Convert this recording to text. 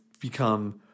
become